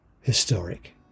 historic